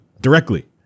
directly